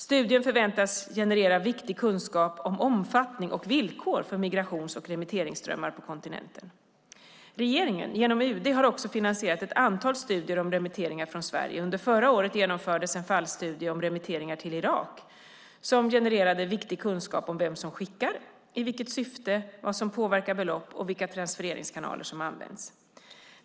Studien förväntas generera viktig kunskap om omfattning och villkor för migrations och remitteringsströmmar på kontinenten. Regeringen, genom UD, har också finansierat ett antal studier om remitteringar från Sverige. Under förra året genomfördes en fallstudie om remitteringar till Irak som genererade viktig kunskap om vem som skickar, i vilket syfte, vad som påverkar belopp och vilka transfereringskanaler som används.